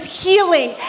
healing